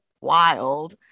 wild